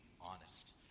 honest